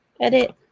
edit